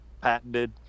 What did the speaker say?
patented